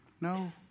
No